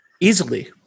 easily